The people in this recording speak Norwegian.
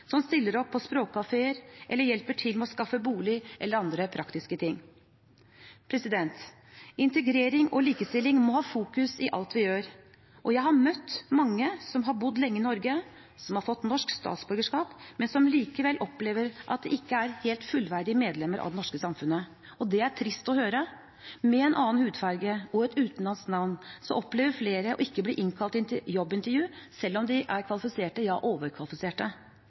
som stiller opp på språkkafeer, eller hjelper til med å skaffe bolig eller med andre praktiske ting. Integrering og likestilling må være i fokus i alt vi gjør. Jeg har møtt mange som har bodd lenge i Norge, og som har fått norsk statsborgerskap, men som likevel opplever at de ikke helt er fullverdige medlemmer av det norske samfunnet. Det er trist å høre. Med en annen hudfarge og et utenlandsk navn opplever flere ikke å bli innkalt til jobbintervju selv om de er kvalifisert – ja